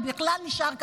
אם בכלל נשאר כזה,